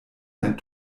ein